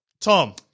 Tom